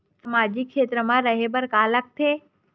सामाजिक क्षेत्र मा रा हे बार का करे ला लग थे